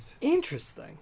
Interesting